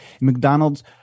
McDonald's